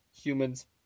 humans